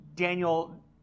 Daniel